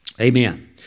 Amen